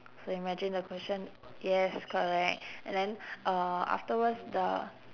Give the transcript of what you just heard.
so imagine the cushion yes correct and then uh afterwards the